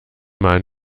man